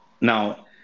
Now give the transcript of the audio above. Now